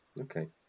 Okay